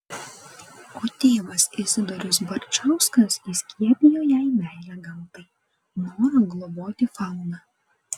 o tėvas izidorius barčauskas įskiepijo jai meilę gamtai norą globoti fauną